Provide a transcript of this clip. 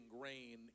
grain